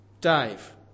Dave